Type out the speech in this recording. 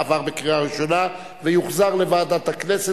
עברה בקריאה ראשונה ותעבור לוועדת החינוך